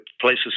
places